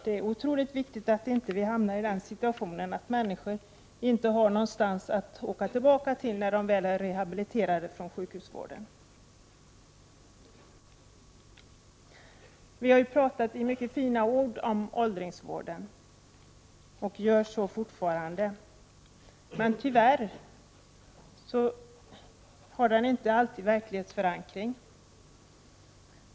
Det är otroligt viktigt att vi inte hamnar i den situationen att människor inte har någonstans att åka tillbaka till, när de väl är rehabiliterade från sjukhusvården. Vi har talat i mycket fina ordalag om åldringsvården, och gör så fortfarande. Den har emellertid tyvärr inte alltid verklighetsförankring.